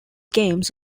games